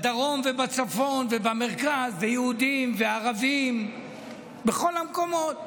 בדרום, בצפון ובמרכז, יהודים וערבים בכל המקומות.